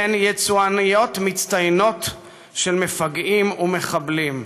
והן יצואניות מצטיינות של מפגעים ומחבלים.